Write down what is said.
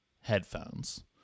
headphones